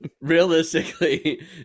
realistically